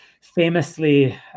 famously